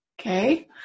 Okay